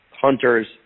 hunters